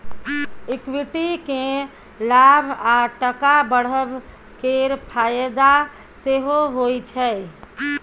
equity केँ लाभ आ टका बढ़ब केर फाएदा सेहो होइ छै